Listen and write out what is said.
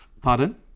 Pardon